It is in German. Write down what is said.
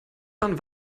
bahn